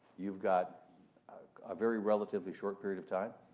you've got a very relatively short period of time,